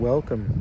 Welcome